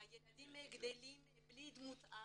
הילדים גדלים בלי דמות אב,